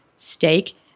Steak